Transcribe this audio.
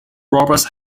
roberts